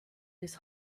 this